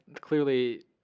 clearly